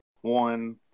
one